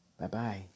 Bye-bye